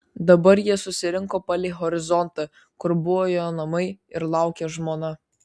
dabar jie susirinko palei horizontą kur buvo jo namai ir laukė žmona